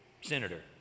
senator